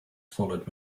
followed